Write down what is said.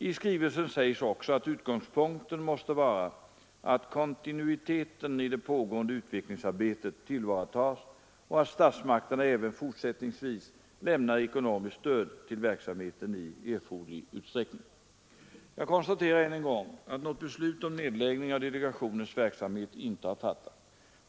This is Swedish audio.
I skrivelsen sägs också att utgångspunkten måste vara 117 att kontinuiteten i det pågående utvecklingsarbetet tillvaratas och att statsmakterna även fortsättningsvis lämnar ekonomiskt stöd till verksamheten i erforderlig utsträckning. Jag konstaterar än en gång att något beslut om nedläggning av delegationens verksamhet inte fattats.